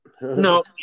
no